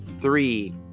three